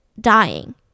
dying